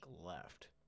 left